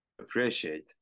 appreciate